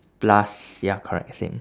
plus ya correct same